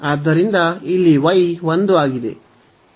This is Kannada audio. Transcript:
ಆದ್ದರಿಂದ ಇಲ್ಲಿ y 1 ಆಗಿದೆ